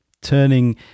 turning